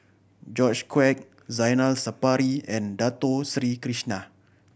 George Quek Zainal Sapari and Dato Sri Krishna